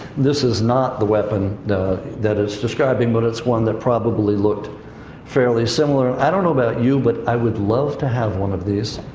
this is not the weapon that it's describing, but it's one that probably looked fairly similar. i don't know about you, but i would love to have one of these.